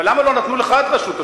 אבל למה לא נתנו לך את רשות השידור?